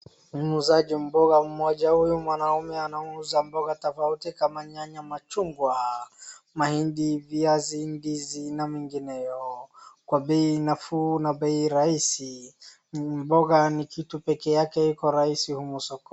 Muuzaji mboga mmoja. Huyu mwanaume anauza mboga tofauti kama nyanya, machungwa, mahindi, viazi, ndizi na mengineo kwa bei nafuu na bei rahisi. Mboga ni kitu peke yake iko rahisi humu sokoni.